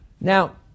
Now